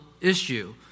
issue